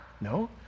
No